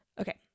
Okay